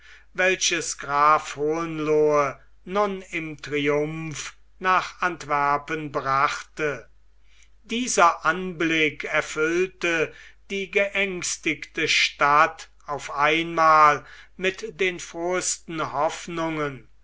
welches graf hohenlohe nun im triumph nach antwerpen brachte dieser anblick erfüllte die geängstigte stadt auf einmal mit den frohesten hoffnungen